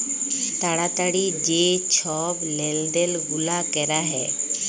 তাড়াতাড়ি যে ছব লেলদেল গুলা ক্যরা হ্যয়